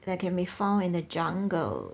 that can be found in the jungle